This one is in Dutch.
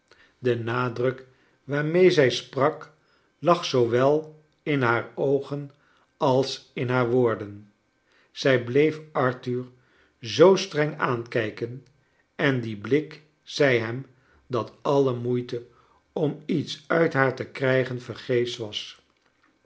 de nadruk waatmee zij sprak lag zoowel in haar oogen als in haar woorden zij bleef arthur zoo streng aankijken en die blik zei hem dat alle moeite om iets uit haar te krijgen vergeefsch was